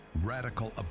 radical